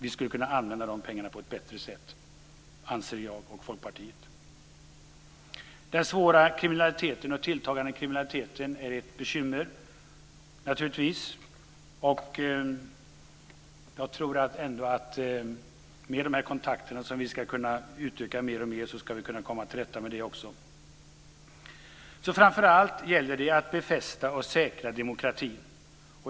Vi skulle kunna använda de pengarna på ett bättre sätt, anser jag och Folkpartiet. Den svåra och tilltagande kriminaliteten är naturligtvis ett bekymmer. Jag tror ändå att med dessa kontakter, som vi ska kunna utöka mer och mer, ska vi kunna komma till rätta med det också. Framför allt gäller det att befästa och säkra demokratin.